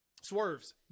Swerve's